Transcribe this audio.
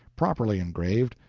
properly engraved,